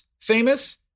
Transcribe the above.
famous